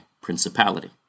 principality